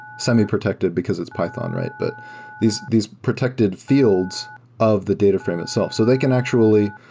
semi-protected because it's python, right? but these these protected fields of the data frame itself. so they can actually